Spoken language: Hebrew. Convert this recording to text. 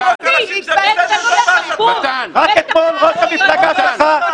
זה "רק שנבין", יא מסיתה אחת.